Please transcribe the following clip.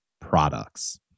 products